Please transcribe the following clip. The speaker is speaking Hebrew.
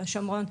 בשומרון.